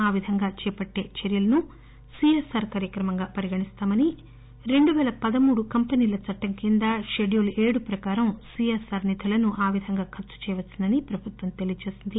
ఆ విధంగా చేపట్టే చర్యలను సి ఎస్ ఆర్ కార్యక్రమంగా పరిగణిస్తామని రెండుపేల పదమూడు కంపెనీల చట్టం కింద షెడ్యూల్ ఏడు ప్రకారం సీఎస్సార్ నిధులను ఆ విధంగా ఖర్చు చేయవచ్చునని తెలియచేసింది